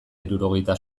hirurogeita